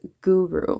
guru